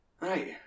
Right